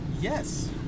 Yes